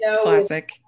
Classic